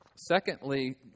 Secondly